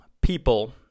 people